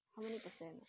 how many percent